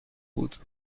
بود